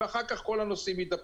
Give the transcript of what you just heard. ואחר כך כל הנוסעים יידבקו.